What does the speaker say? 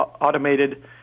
automated